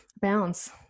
balance